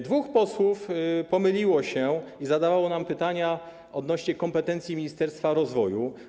Dwóch posłów pomyliło się i zadawało nam pytania odnośnie do kompetencji Ministerstwa Rozwoju.